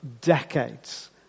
decades